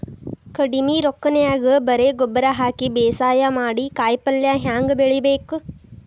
ಕಡಿಮಿ ರೊಕ್ಕನ್ಯಾಗ ಬರೇ ಗೊಬ್ಬರ ಹಾಕಿ ಬೇಸಾಯ ಮಾಡಿ, ಕಾಯಿಪಲ್ಯ ಹ್ಯಾಂಗ್ ಬೆಳಿಬೇಕ್?